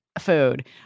food